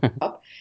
up